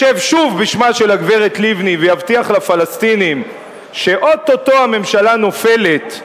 ישב שוב בשמה של הגברת לבני ויבטיח לפלסטינים שאו-טו-טו הממשלה נופלת,